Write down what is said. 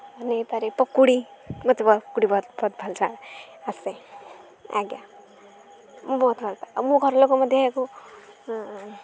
ବନାଇପାରେ ପକୁଡ଼ି ମୋତେ ପକୁଡ଼ି ବହୁତ ଭଲ ଆସେ ଆଜ୍ଞା ମୁଁ ବହୁତ ଭଲପାଏ ମୁଁ ଘରଲୋକ ମଧ୍ୟ ଏହାକୁ